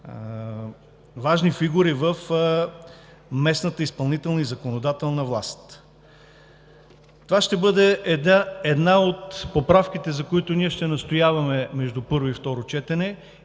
важни фигури в местната изпълнителна и законодателна власт. Това ще бъде една от поправките, за които ние ще настояваме между първо и второ четене.